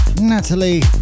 Natalie